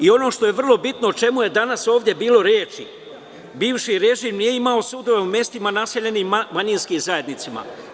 Ono što je vrlo bitno, o čemu je ovde danas bilo reči, bivši režim nije imao sudove u mestima naseljenim manjinskim zajednicama.